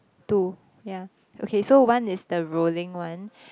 two yeah okay so one is the rolling one